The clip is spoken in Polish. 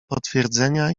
potwierdzenia